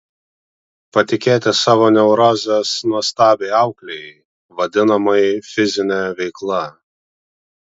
patikėti savo neurozes nuostabiai auklei vadinamai fizine veikla